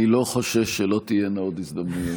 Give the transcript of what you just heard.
אני לא חושש שלא תהיינה עוד הזדמנויות.